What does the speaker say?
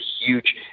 huge